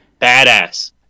badass